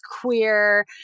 queer